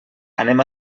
anem